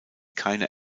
keine